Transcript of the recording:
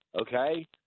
Okay